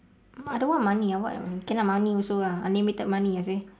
I don't want money ah what else okay lah money also lah unlimited money ah seh